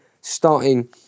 starting